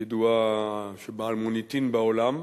ידועה, בעל מוניטין בעולם,